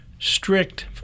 Strict